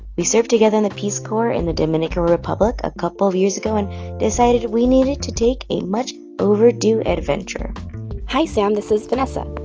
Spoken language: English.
we served together in the peace corps in the dominican republic a couple of years ago and decided we needed to take a much overdue adventure hey, sam. this is vanessa.